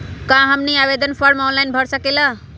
क्या हमनी आवेदन फॉर्म ऑनलाइन भर सकेला?